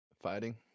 fighting